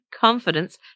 confidence